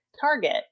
Target